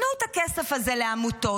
תנו את הכסף הזה לעמותות,